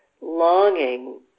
longing